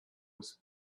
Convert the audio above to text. with